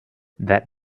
that